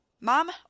Mom